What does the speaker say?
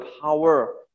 power